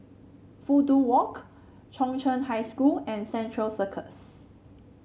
Fudu Walk Chung Cheng High School and Central Circus